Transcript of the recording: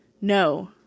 No